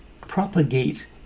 propagate